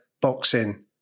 boxing